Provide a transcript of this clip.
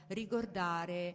ricordare